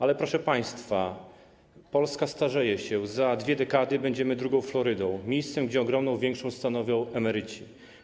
Ale, proszę państwa, Polska starzeje się, za 2 dekady będziemy drugą Florydą, miejscem, gdzie ogromną większość stanowią emeryci.